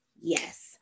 Yes